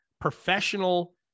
professional